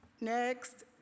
next